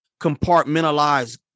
compartmentalize